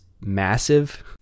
massive